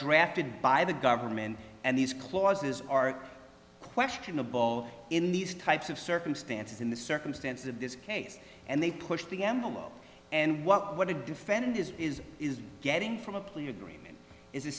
drafted by the government and these clauses are questionable in these types of circumstances in the circumstances of this case and they push the envelope and what the defendant is is is getting from a plea agreement is